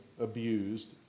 abused